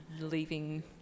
leaving